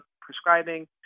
prescribing